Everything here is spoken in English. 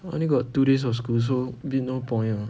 I only got two days of school so a bit no point ah